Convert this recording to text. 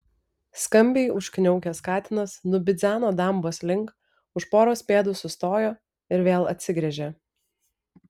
skambiai užkniaukęs katinas nubidzeno dambos link už poros pėdų sustojo ir vėl atsigręžė